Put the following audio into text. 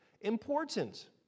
important